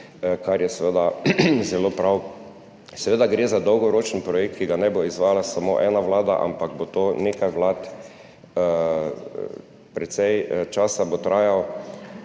kar je seveda zelo prav. Gre za dolgoročen projekt, ki ga ne bo izvajala samo ena vlada, ampak bo to nekaj vlad. Precej časa bo trajal.